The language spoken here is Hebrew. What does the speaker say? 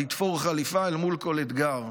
לתפור חליפה אל מול כל אתגר.